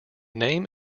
name